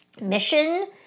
mission